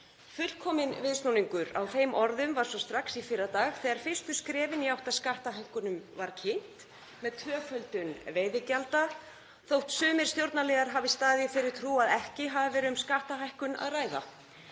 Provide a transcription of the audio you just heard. Fullkominn viðsnúningur á þeim orðum var svo strax í fyrradag þegar fyrstu skrefin í átt að skattahækkunum voru kynnt með tvöföldun veiðigjalda þótt sumir stjórnarliðar hafi staðið í þeirri trú að ekki hafi verið um skattahækkun að ræða.